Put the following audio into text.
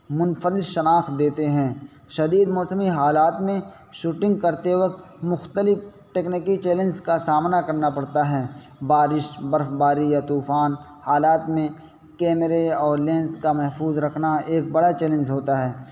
منفرد شناخت دیتے ہیں شدید موسمی حالات میں شوٹنگ کرتے وقت مختلف ٹکنکی چیلنجس کا سامنا کرنا پڑتا ہے بارش برف باری یا طوفان حالات میں کیمرے اور لینس کا محفوظ رکھنا ایک بڑا چیلنز ہوتا ہے